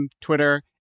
Twitter